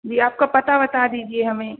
जी आप का पता बता दीजिए हमें